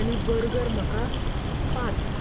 आनी बर्गर म्हाका पांच